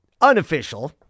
unofficial